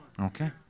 okay